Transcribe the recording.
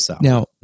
Now